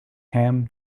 ham